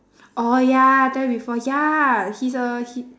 orh ya I tell you before ya he's a he